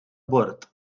bord